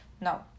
No